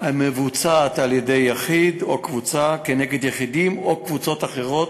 המבוצעים על-ידי יחיד או קבוצה נגד יחידים או קבוצות אחרות,